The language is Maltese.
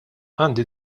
għandi